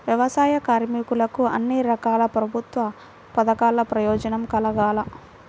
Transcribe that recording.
వ్యవసాయ కార్మికులకు అన్ని రకాల ప్రభుత్వ పథకాల ప్రయోజనం కలగాలి